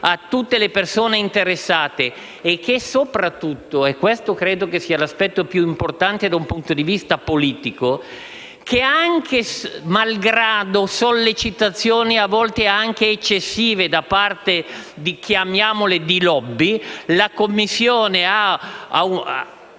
di tutte le persone interessate, e soprattutto (e questo credo sia l'aspetto più importante dal punto di vista politico), malgrado sollecitazioni a volte anche eccessive da parte di - chiamiamole